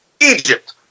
Egypt